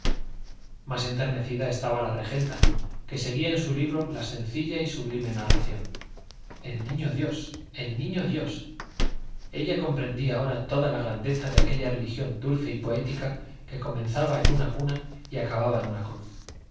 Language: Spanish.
más enternecida estaba la regenta que seguía en su libro la sencilla y sublime narración el niño dios el niño dios ella comprendía ahora toda la grandeza de aquella religión dulce y poética que comenzaba en una cuna y acababa en una cruz